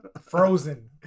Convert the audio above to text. Frozen